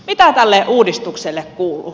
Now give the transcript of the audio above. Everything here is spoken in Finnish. mitä tälle uudistukselle kuuluu